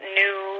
new